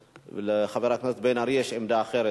לחבר הכנסת בן-ארי יש עמדה אחרת.